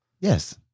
Yes